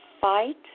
fight